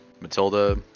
Matilda